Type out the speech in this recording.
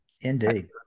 Indeed